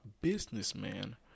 businessman